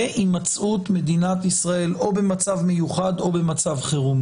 להימצאות מדינת ישראל או במצב מיוחד או במצב חירום.